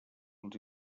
els